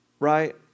right